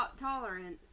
tolerant